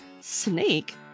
snake